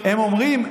הם אומרים,